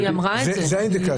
זה האינדיקציה.